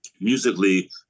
musically